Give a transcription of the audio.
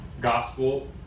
gospel